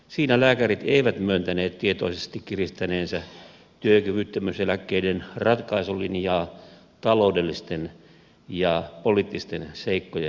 siinä lääkärit eivät myöntäneet tietoisesti kiristäneensä työkyvyttömyyseläkkeiden ratkaisulinjaa taloudellisten ja poliittisten seikkojen paineessa